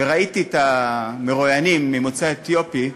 וראיתי את המרואיינים ממוצא אתיופי,